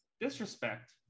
Disrespect